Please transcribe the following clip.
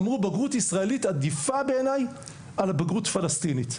אמרו שבגרות ישראלית עדיפה בעיניי על בגרות פלסטינית.